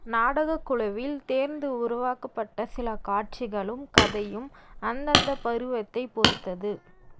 நாடகக்குழுவில் தேர்ந்து உருவாக்கப்பட்ட சில காட்சிகளும் கதையும் அந்தந்த பருவத்தைப் பொறுத்தது